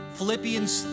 Philippians